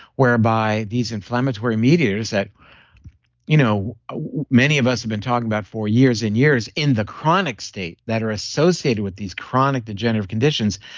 whereby these inflammatory mediators that you know ah many of us have been talking about for years and years in the chronic state that are associated with these chronic degenerative conditions,